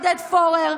עודד פורר,